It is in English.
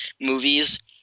movies